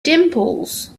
dimples